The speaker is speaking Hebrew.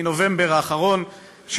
שאמר בנובמבר האחרון: